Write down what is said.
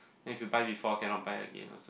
then if you buy before cannot buy again lor some